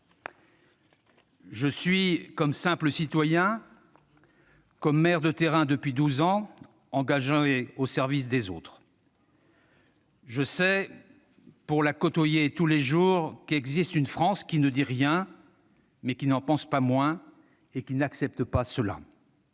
Je suis, comme simple citoyen, comme maire de terrain depuis douze ans, engagé au service des autres. Je sais, pour la côtoyer tous les jours, qu'il existe une France qui ne dit rien, mais qui n'en pense pas moins et qui n'accepte pas cela.